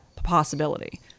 possibility